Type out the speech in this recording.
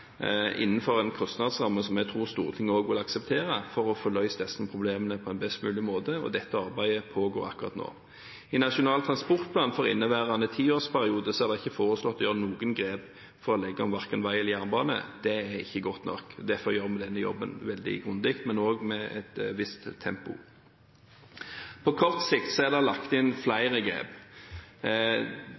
jeg tror også Stortinget vil akseptere – for å få løst disse problemene på en best mulig måte. Dette arbeidet pågår akkurat nå. I Nasjonal transportplan for inneværende tiårsperiode er det ikke foreslått å gjøre noen grep for å legge om verken vei eller jernbane. Det er ikke godt nok. Derfor gjør vi denne jobben veldig grundig, men også med et visst tempo. På kort sikt er det lagt inn flere grep.